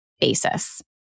basis